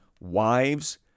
Wives